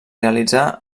realitzà